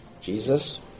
Jesus